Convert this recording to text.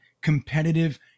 competitive